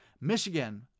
Michigan